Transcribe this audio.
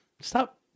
stop